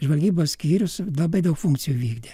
žvalgybos skyrius labai daug funkcijų vykdė